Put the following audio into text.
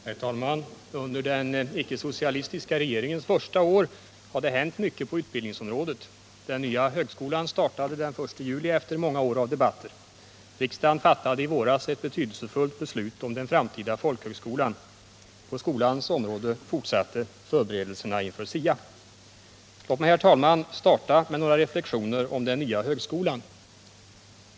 Herr talman! Under den icke-socialistiska regeringens första år har det hänt mycket på utbildningsområdet. Den nya högskolan startade den I juli efter många år av debatter. Riksdagen fattade i våras ett betydelsefullt beslut om den framtida folkhögskolan. På skolans område fortsatte förberedelserna inför SIA. Låt mig, herr talman, starta med några reflexioner om den nya högskolan.